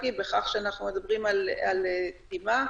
זו פעילות אחרת, זה תשתית ראייתית אחרת.